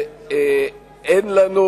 ואין לנו